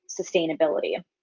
sustainability